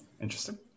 interesting